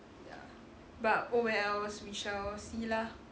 ya but oh wells we shall see lah